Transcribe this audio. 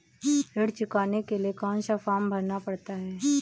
ऋण चुकाने के लिए कौन सा फॉर्म भरना पड़ता है?